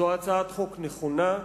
זו הצעת חוק נכונה.